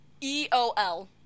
E-O-L